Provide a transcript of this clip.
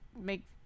make